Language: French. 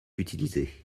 utiliser